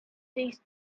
these